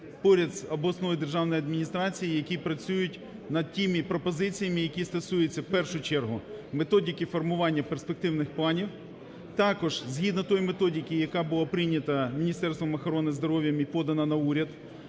поряд з обласною державною адміністрацією, які працюють над тими пропозиціями, які стосуються в першу чергу методики формування перспективних планів. Також згідно тієї методики, яка була прийнята Міністерством охорони здоров'я і подана на уряд